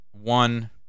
one